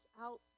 out